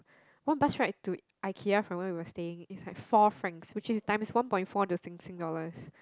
one bus ride to Ikea from where we were staying is like four Francs which is time one point four to Sing Sing dollars